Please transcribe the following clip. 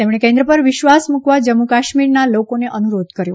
તેમણે કેન્દ્ર પર વિશ્વાસ મૂકવા જમ્મુકાશ્મીરના લોકોને અનુરોધ કર્યો